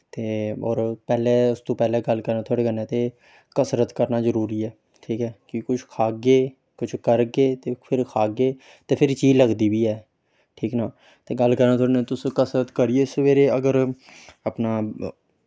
ते होर पैह्ले उस तो पैह्ले गल्ल करां थुहाड़े कन्नै ते कसरत करना जरूरी ऐ ठीक ऐ कि कुछ खाह्गे कुछ करगे ते फिर खाह्गे ते फिर चीज़ लगदी बी ऐ ठीक ना ते गल्ल करां थुआढ़े कन्नै तुस कसरत करियै सवेरे अगर अपना